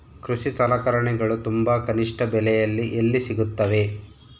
ಕೃಷಿ ಸಲಕರಣಿಗಳು ತುಂಬಾ ಕನಿಷ್ಠ ಬೆಲೆಯಲ್ಲಿ ಎಲ್ಲಿ ಸಿಗುತ್ತವೆ?